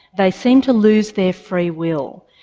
they seem to lose their free will.